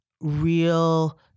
real